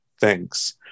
thanks